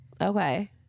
okay